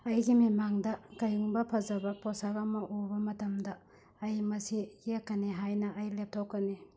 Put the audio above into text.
ꯑꯩꯒꯤ ꯃꯤꯠꯃꯥꯡꯗ ꯀꯔꯤꯒꯨꯝꯕ ꯐꯖꯕ ꯄꯣꯠꯁꯛ ꯑꯃ ꯎꯕ ꯃꯇꯝꯗ ꯑꯩ ꯃꯁꯤ ꯌꯦꯛꯀꯅꯤ ꯍꯥꯏꯅ ꯑꯩ ꯂꯦꯞꯊꯣꯛꯀꯅꯤ